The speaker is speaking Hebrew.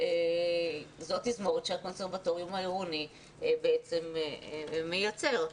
זאת תזמורת שהקונסרבטוריון העירוני בעצם מייצר.